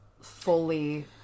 fully